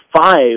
five